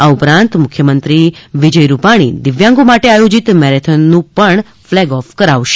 આ ઉપરાંત મુખ્યમંત્રી વિજય રૂપાણી દિવ્યાંગો માટે આયોજીત મેરેથોનનું પણ ફ્લેગ ઓફ કરાવશે